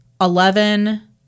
Eleven